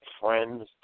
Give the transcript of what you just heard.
friends